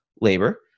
labor